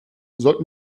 sollten